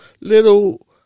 little